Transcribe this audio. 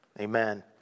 amen